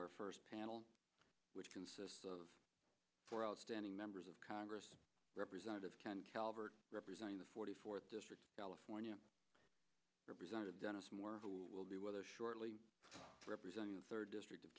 our first panel which consists of four outstanding members of congress representative ken calvert representing the forty fourth district california representative dennis moore who will be weather shortly representing the third district of